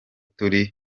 turi